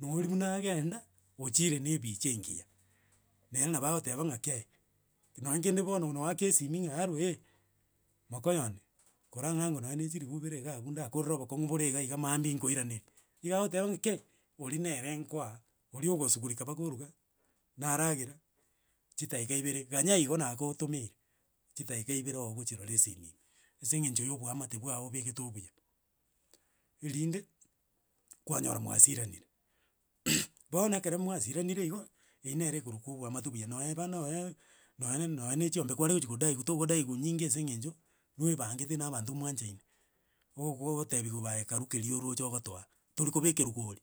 Na oria buna agenda, ochire na ebicha enginya, na ere nabo agoteba ng'a kei, ki nonye kende bono na oeaka esimi ng'a aroo eh, mokoyone, korang'a ango nonye na echiribu ibere iga abwo ndakorera obokong'u bore igaiga mambia nkoiraneri, iga agoteba ng'a kei, oria nere nkoa, oria okosugurika mpaka oruga, naragera, chidaeka ibere, ganya igo nagootomeire, chidaeka ibere oogochirora esimi ime, ase eng'encho ya oboamate bwago obegete obuya erinde, kwanyora mwasiranire. Bono ekero mwasiranire igo, eyi nere ekorokwa oboamate obuya, no eba na oye nonye nonye na echiombe kware gochi kodaiwu togodaiwu nyinge ase eng'encho, noebangete na abanto mwanchaine, ogo- gotebiwu bae karu keri oroche ogotoa, torikobekerwa gori,